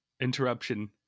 interruption